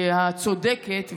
הצודקת,